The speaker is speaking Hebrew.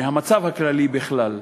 מהמצב הכללי בכלל.